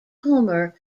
homer